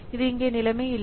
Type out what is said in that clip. இது இங்கே நிலைமை இல்லை